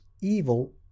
evil